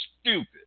stupid